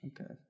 okay